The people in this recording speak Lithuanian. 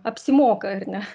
apsimoka ar ne